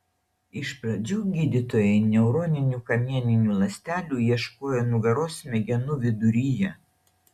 iš pradžių gydytojai neuroninių kamieninių ląstelių ieškojo nugaros smegenų viduryje